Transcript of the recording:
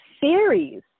series